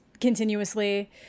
continuously